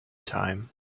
time